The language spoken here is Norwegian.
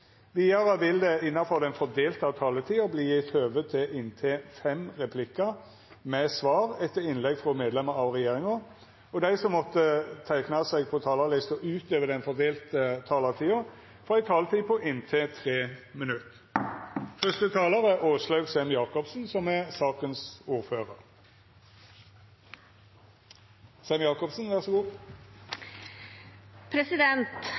Vidare vil det – innanfor den fordelte taletida – verta gjeve høve til inntil fem replikkar med svar etter innlegg frå medlemer av regjeringa, og dei som måtte teikna seg på talarlista utover den fordelte taletida, får ei taletid på inntil 3 minutt. Da er det dags for å debattere den innstillingen vi som